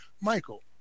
Michael